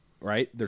right